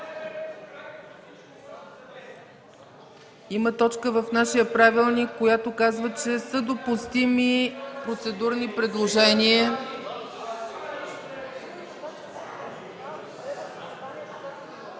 Има точка в нашия правилник, която казва, че са допустими процедурни предложения…